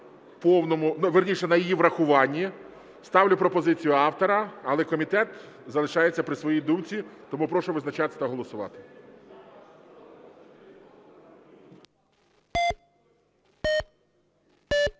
вірніше, на її врахуванні. Ставлю пропозицію автора, але комітет залишається при своїй думці. Тому прошу визначатись та голосувати.